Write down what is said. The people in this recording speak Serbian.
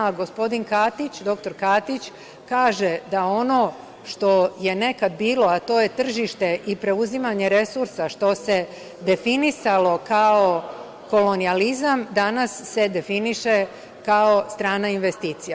Gospodin Katić, dr Katić kaže da ono što je nekada bilo, a to je tržište i preuzimanje resursa, što se definisalo kao kolonijalizam, danas se definiše kao strana investicija.